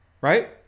right